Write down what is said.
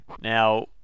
Now